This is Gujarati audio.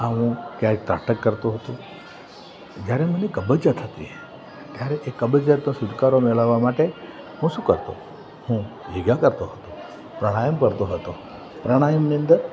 આ હું ક્યારેક ત્રાટક કરતો હતો જ્યારે મને કબજીયાત હતી ત્યારે એ કબજીયાતનો છુટકારો મેળવવા માટે હું શું કરતો હું યોગા કરતો હતો પ્રાણાયામ કરતો હતો પ્રાણાયામની અંદર